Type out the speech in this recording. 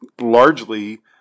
largely